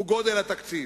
הוא גודל התקציב.